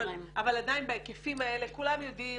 אבל עדיין בהיקפים האלה כולם יודעים,